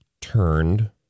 turned